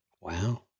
Wow